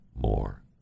more